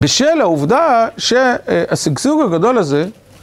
בשל העובדה שהשגשוג הגדול הזה...